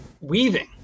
weaving